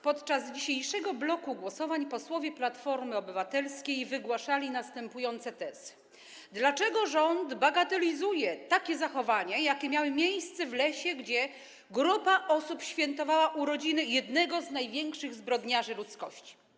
Podczas dzisiejszego bloku głosowań posłowie Platformy Obywatelskiej wygłaszali następujące tezy: Dlaczego rząd bagatelizuje takie zachowania, jakie miały miejsce w lesie, gdzie grupa osób świętowała urodziny jednego z największych zbrodniarzy ludzkości?